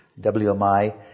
WMI